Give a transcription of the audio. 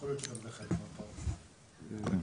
כן,